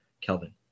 Kelvin